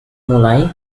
mulai